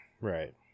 Right